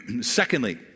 Secondly